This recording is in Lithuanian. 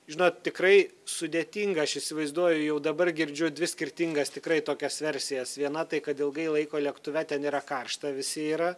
žinot tikrai sudėtinga aš įsivaizduoju jau dabar girdžiu dvi skirtingas tikrai tokias versijas viena tai kad ilgai laiko lėktuve ten yra karšta visi yra